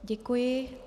Děkuji.